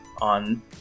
on